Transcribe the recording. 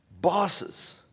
bosses